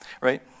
right